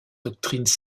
doctrines